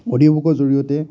audio বুকৰ জৰিয়তে